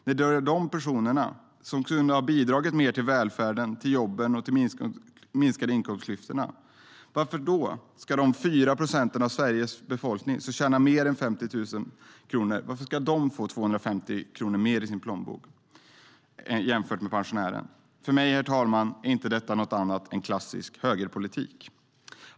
Det är de personerna som kunde ha bidragit mer till välfärden, jobben och minskade inkomstklyftor. Varför ska de 4 procent av Sveriges befolkning som tjänar mer än 50 000 kronor i månaden få 250 kronor mer i sin plånbok jämfört med pensionärerna? Herr talman! För mig är detta inte någonting annat än klassisk högerpolitik.